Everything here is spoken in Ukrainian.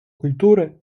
культури